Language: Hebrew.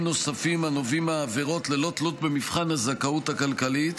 נוספים הנובעים מעבירות ללא תלות במבחן הזכאות הכלכלית